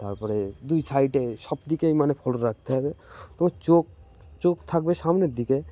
তারপরে দুই সাইডে সব দিকেই মানে ফোলড রাখতে হবে তোম চোখ চোখ থাকবে সামনের দিকে